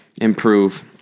improve